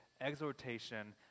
exhortation